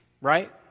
Right